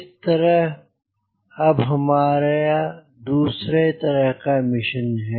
इस तरह अब हमारा दूसरे तरह का मिशन है